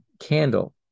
candle